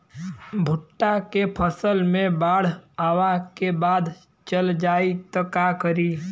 भुट्टा के फसल मे बाढ़ आवा के बाद चल जाई त का करी?